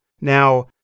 Now